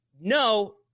No